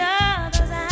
other's